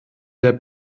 der